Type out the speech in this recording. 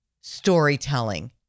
storytelling